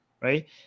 right